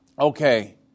Okay